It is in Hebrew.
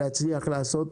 להצליח לעשות